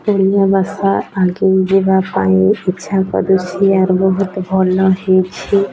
ଓଡ଼ିଆ ଭାଷା ଆଗେଇ ଯିବା ପାଇଁ ଇଚ୍ଛା କରୁଛି ଆର୍ ବହୁତ ଭଲ ହେଇଛି